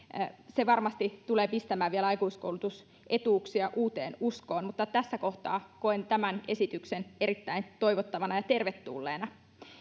se varmasti tulee vielä pistämään aikuiskoulutusetuuksia uuteen uskoon mutta tässä kohtaa koen tämän esityksen erittäin toivottavana ja tervetulleena